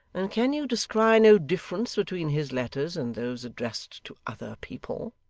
and can you descry no difference between his letters and those addressed to other people